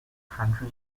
country